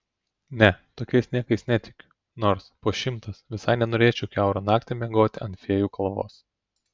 ne tokiais niekais netikiu nors po šimtas visai nenorėčiau kiaurą naktį miegoti ant fėjų kalvos